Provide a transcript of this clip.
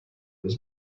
his